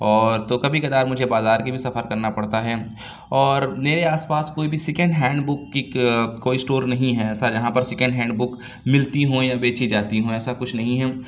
اور تو کبھی کبھار مجھے بازار کے بھی سفر کرنا پڑتا ہے اور میرے آس پاس کوئی بھی سیکنڈ ہینڈ بک کی کوئی اسٹور نہیں ہے ایسا جہاں پر سیکنڈ ہینڈ بک ملتی ہوں یا بیچی جاتی ہوں ایسا کچھ نہیں ہے